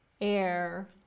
Air